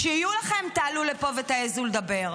כשיהיו לכם תעלו לפה ותעזו לדבר.